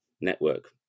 network